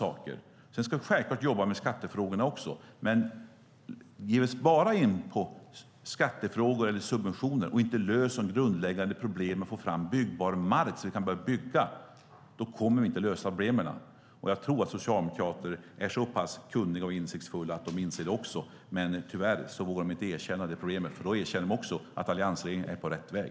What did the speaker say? Självklart ska vi jobba även med skattefrågorna, men ger vi oss bara in på skattefrågor eller subventioner och inte löser det grundläggande problemet att få fram byggbar mark så att vi kan börja bygga kommer vi inte att lösa problemen. Jag tror att Socialdemokraterna är så pass kunniga och insiktsfulla att de inser detta. Tyvärr vågar de inte erkänna det problemet, för då erkänner de också att alliansregeringen är på rätt väg.